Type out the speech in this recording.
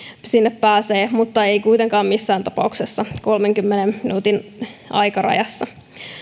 sinne pääsee nopeammin mutta ei kuitenkaan missään tapauksessa kolmenkymmenen minuutin aikarajassa